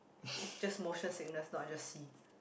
it's just motion sickness not just sea